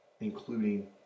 including